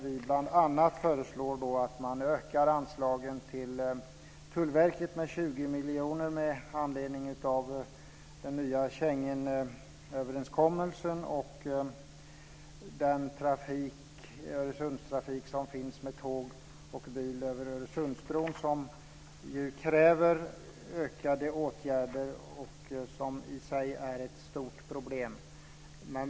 I denna föreslår vi bl.a. att man ökar anslagen till Tullverket med 20 miljoner, med anledning av den nya Schengenöverenskommelsen och den tåg och biltrafik över Öresundsbron som kräver ökade åtgärder och som i sig är ett stort problem.